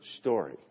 story